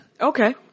Okay